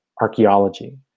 archaeology